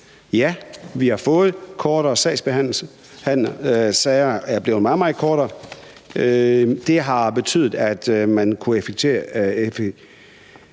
Ja, vi har fået kortere sagsbehandlingstider, de er blevet meget, meget kortere, og det har betydet, at man har kunnet effektivisere